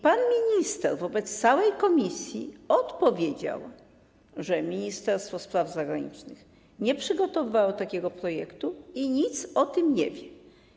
Pan minister wobec całej komisji odpowiedział, że Ministerstwo Spraw Zagranicznych nie przygotowywało takiego projektu i nic o tym nie wie.